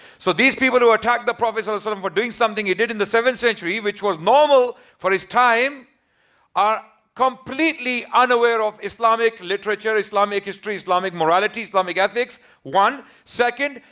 so these people who attack the prophet so sort of for doing something he did in the seventh century which was normal for his time are completely unaware of islamic literature. islamic history. islamic morality and ethics. one. second.